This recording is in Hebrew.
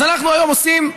אז אנחנו, היום, עושים,